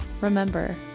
remember